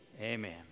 amen